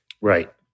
Right